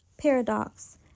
Paradox